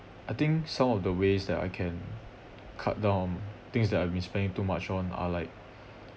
I think some of the ways that I can cut down on things that I've been spending too much on are like